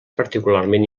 particularment